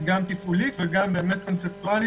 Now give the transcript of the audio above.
גם תפעולית וגם קונצפטואלית,